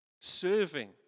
Serving